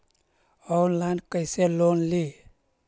Online कैसे loan ली?